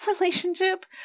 relationship